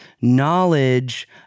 knowledge